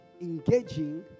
engaging